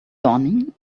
dawning